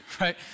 right